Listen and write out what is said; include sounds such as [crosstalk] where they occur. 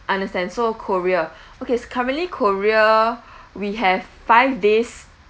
understand so korea okay so currently korea [breath] we have five days